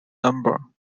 number